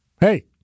Hey